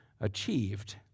achieved